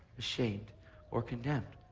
ashamed or condemned?